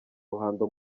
ruhando